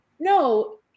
no